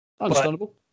Understandable